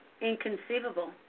Inconceivable